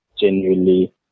genuinely